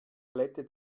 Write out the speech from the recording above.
glätte